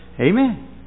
Amen